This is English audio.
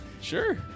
Sure